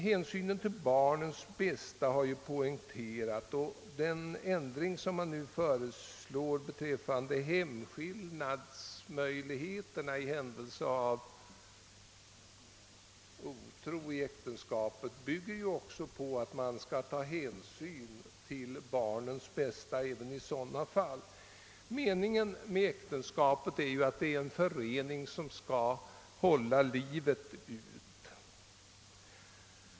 Hänsynen till barnens bästa har också poängterats i debatten, och den ändring som nu föreslås beträffande hemskillnadsmöjligheterna i händelse av otrohet i äktenskapet bygger på att man skall ta hänsyn till barnens bästa även 1 sådana fall. Meningen med äktenskapet är ju att det skall vara en förening som skall hålla livet ut.